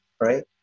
right